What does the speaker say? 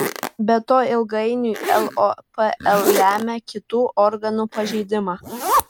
be to ilgainiui lopl lemia kitų organų pažeidimą